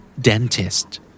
Dentist